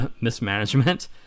mismanagement